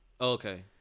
Okay